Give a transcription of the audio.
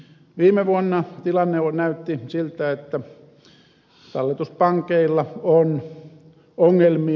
viime vuonna tilanne näytti siltä että talletuspankeilla on ongelmia